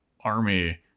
army